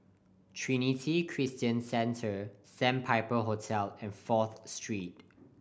Trinity Christian Centre Sandpiper Hotel and Fourth Street